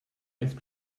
ice